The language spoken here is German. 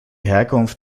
herkunft